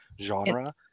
genre